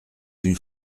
une